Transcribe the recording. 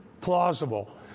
plausible